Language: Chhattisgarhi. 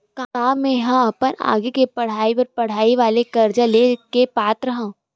का मेंहा अपन आगे के पढई बर पढई वाले कर्जा ले के पात्र हव?